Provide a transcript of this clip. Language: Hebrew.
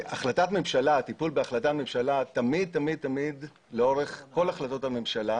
טיפול בהחלטת ממשלה תמיד בכל החלטות הממשלה